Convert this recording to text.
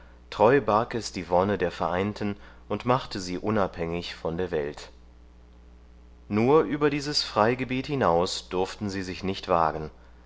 treu barg es die wonne der vereinten und machte sie unabhängig von der welt nur über dieses freigebiet hinaus durften sie sich nicht wagen